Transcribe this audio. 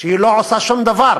שהיא לא עושה שום דבר